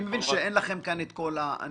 אני מבין שאין לכם כאן את כל הנתונים.